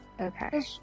Okay